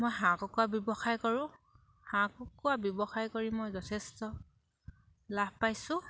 মই হাঁহ কুকুৰা ব্যৱসায় কৰোঁ হাঁহ কুকুৰা ব্যৱসায় কৰি মই যথেষ্ট লাভ পাইছোঁ